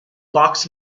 box